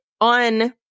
on